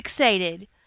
fixated